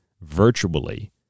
virtually